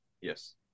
Yes